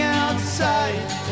outside